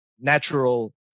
natural